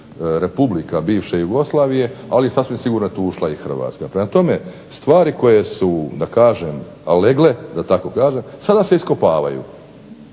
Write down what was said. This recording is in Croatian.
republika bivše Jugoslavije, ali sasvim sigurno tu je ušla i Hrvatska. Prema tome, stvari koje su da kažem a legle da tako kažem sada se iskopavaju.